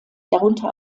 darunter